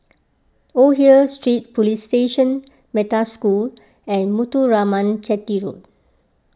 Old Hill Street Police Station Metta School and Muthuraman Chetty Road